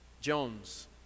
Jones